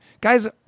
Guys